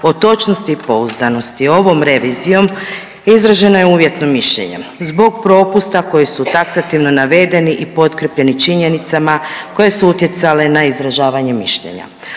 o točnosti i pouzdanosti. Ovom revizijom izraženo je uvjetno mišljenje zbog propusta koji su taksativno navedeni i potkrijepljeni činjenicama koje su utjecale na izražavanje mišljenja.